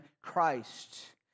Christ